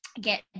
get